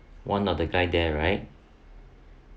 one of the guy there right